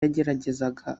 yageragezaga